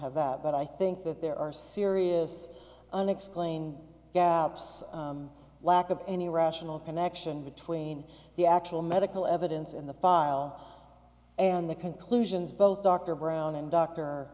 have that but i think that there are serious unexplained gaps lack of any rational connection between the actual medical evidence in the file and the conclusions both dr brown and d